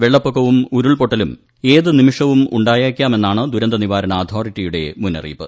വെള്ളപ്പൊക്കവും ഉരുൾപൊട്ടലും ഏതു നിമിഷവും ഉണ്ടായേക്കാമെന്നാണ് ദുരന്ത നിവാർണ അതോറിറ്റിയുടെ മുന്നറിയിപ്പ്